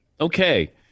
Okay